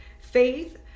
faith